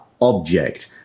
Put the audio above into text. object